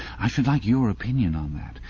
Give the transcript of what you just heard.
i should like your opinion on that.